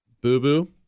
Boo-boo